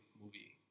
movie